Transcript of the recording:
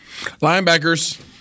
Linebackers